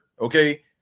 Okay